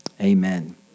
Amen